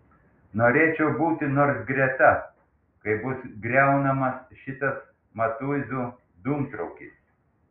norėčiau būti nors greta kai bus griaunamas šitas matuizų dūmtraukis